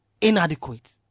inadequate